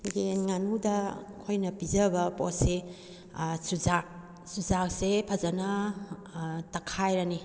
ꯌꯦꯟ ꯉꯥꯅꯨꯗ ꯑꯩꯈꯣꯏꯅ ꯄꯤꯖꯕ ꯄꯣꯠꯁꯤ ꯆꯨꯖꯥꯛ ꯆꯨꯖꯥꯛꯁꯦ ꯐꯖꯅ ꯇꯛꯈꯥꯏꯔꯅꯤ